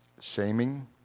Shaming